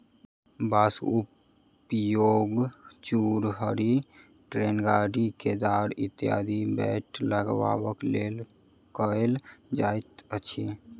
बाँसक उपयोग कुड़हड़ि, टेंगारी, कोदारि इत्यादिक बेंट लगयबाक लेल कयल जाइत अछि